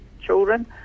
children